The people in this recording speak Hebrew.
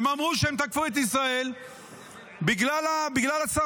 הם אמרו שהם תקפו את ישראל בגלל הסרבנות,